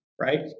Right